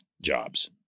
jobs